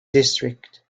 district